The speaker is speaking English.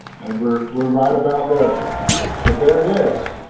and we're we're right about there so there it is